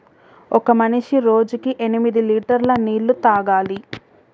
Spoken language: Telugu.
ఒక మనిషి రోజుకి ఎనిమిది లీటర్ల నీళ్లు తాగాలి